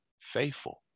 faithful